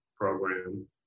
program